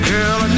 Girl